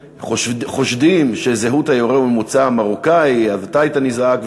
שחושדים שהיורה הוא ממוצא מרוקאי אתה היית נזעק,